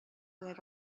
had